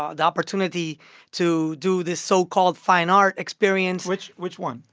ah the opportunity to do this so-called fine art experience. which which one?